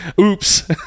Oops